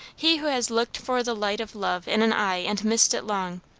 he who has looked for the light of love in an eye and missed it long,